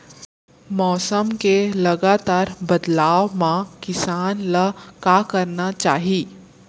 मौसम के लगातार बदलाव मा किसान ला का करना चाही?